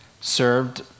served